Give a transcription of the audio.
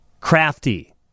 crafty